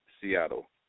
Seattle